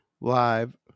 live